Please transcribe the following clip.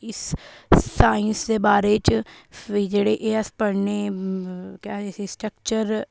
इस साइंस दे बारे च फि जेह्ड़े एह् अस पढ़ने केह् आखदे इसी सट्रक्चर